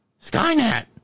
Skynet